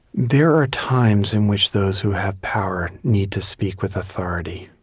there are times in which those who have power need to speak with authority.